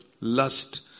lust